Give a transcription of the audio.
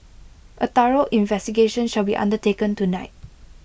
A thorough investigation shall be undertaken tonight